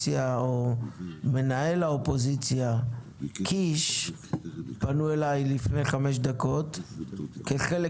טופורובסקי ומנהל האופוזיציה קיש פנו אליי לפני חמש דקות כחלק